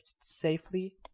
safely